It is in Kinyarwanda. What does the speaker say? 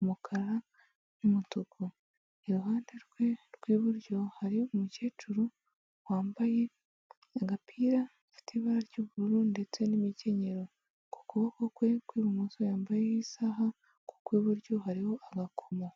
umukara, n'umutuku. Iruhande rwe rw'iburyo hari umukecuru wambaye agapira gafite ibara ry'ubururu ndetse n'imikenyero, ku kuboko kwe kw'ibumoso yambaye isaha ku kw'iburyo hariho agakomo.